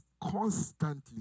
constantly